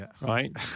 right